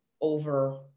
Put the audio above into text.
over